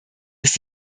ist